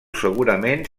segurament